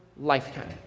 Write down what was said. lifetime